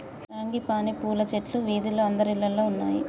frangipani పూల చెట్లు వీధిలో అందరిల్లల్లో ఉన్నాయి